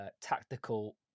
tactical